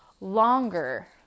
longer